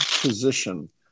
position